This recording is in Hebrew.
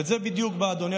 ואת זה בדיוק באה,